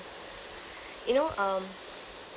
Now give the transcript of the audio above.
you know um